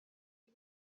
این